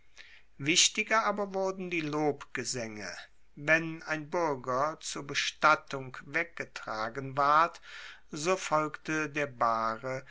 wichtiger aber wurden die lobgesaenge wenn ein buerger zur bestattung weggetragen ward so folgte der bahre